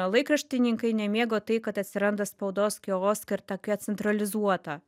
laikraštininkai nemėgo tai kad atsiranda spaudos kioskai ir tokia centralizuota